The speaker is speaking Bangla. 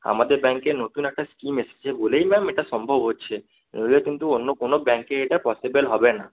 আমাদের ব্যাঙ্কে নতুন একটা স্কিম এসেছে বলেই ম্যাম এটা সম্ভব হচ্ছে নইলে কিন্তু অন্য কোনো ব্যাঙ্কেই এটা পসিবল হবে না